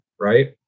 right